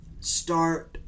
start